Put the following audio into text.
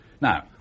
Now